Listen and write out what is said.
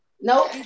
Nope